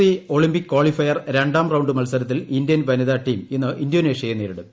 C Olympic qualifier രണ്ടാം round മത്സരത്തിൽ Indian വനിതാ ടീം ഇന്ന് ഇൻഡോനേഷ്യയെ നേരിടും